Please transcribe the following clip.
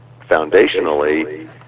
foundationally